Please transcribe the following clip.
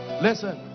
Listen